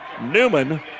Newman